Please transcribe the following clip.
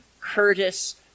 Curtis